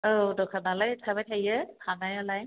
औ दखानालाय थाबाय थायो थानायालाय